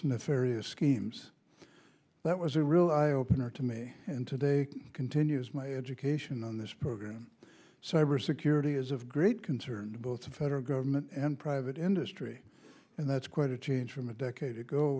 nefarious schemes that was a real eye opener to me and today continues my education on this program sober security is of great concern to both the federal government and private industry and that's quite a change from a decade ago